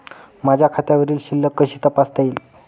माझ्या खात्यावरील शिल्लक कशी तपासता येईल?